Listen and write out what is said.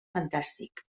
fantàstic